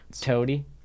toady